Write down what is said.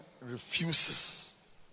refuses